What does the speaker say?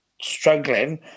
struggling